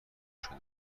شده